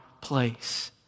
place